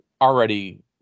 already